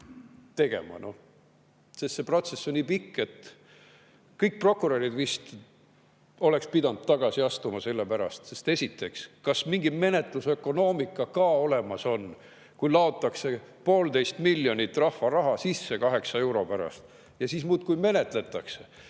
tegema. See protsess on olnud nii pikk, et kõik prokurörid vist oleks pidanud tagasi astuma selle pärast. Sest esiteks, kas mingi menetlusökonoomika ka olemas on, kui laotakse [protsessi] poolteist miljonit rahva raha sisse 8 euro pärast ja muudkui menetletakse?